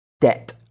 debt